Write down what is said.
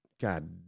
God